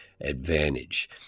advantage